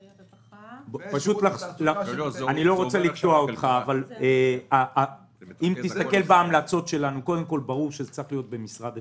רווחה -- אני לא רוצה לקטוע אותך אבל ברור שזה צריך להיות במשרד אחד.